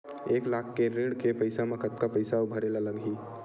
एक लाख के ऋण के पईसा म कतका पईसा आऊ भरे ला लगही?